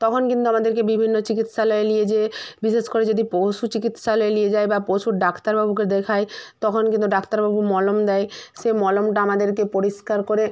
তখন কিন্তু আমাদেরকে বিভিন্ন চিকিৎসালয়ে লিয়ে যেয়ে বিশেষ করে যদি পশু চিকিৎসালয়ে লিয়ে যায় বা পশুর ডাক্তারবাবুকে দেখাই তখন কিন্তু ডাক্তারবাবু মলম দেয় সে মলমটা আমাদেরকে পরিষ্কার করে